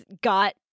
got